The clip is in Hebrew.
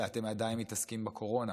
ואתם עדיין מתעסקים בקורונה.